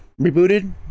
rebooted